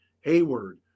Hayward